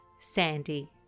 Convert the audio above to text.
Sandy